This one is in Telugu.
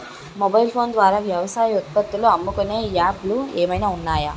మొబైల్ ఫోన్ ద్వారా వ్యవసాయ ఉత్పత్తులు అమ్ముకునే యాప్ లు ఏమైనా ఉన్నాయా?